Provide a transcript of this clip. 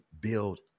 build